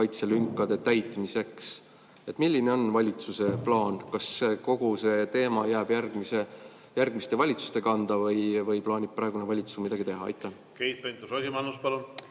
kaitselünkade täitmiseks. Milline on valitsuse plaan? Kas kogu see teema jääb järgmiste valitsuste kanda või plaanib praegune valitsus midagi teha? Aitäh, austatud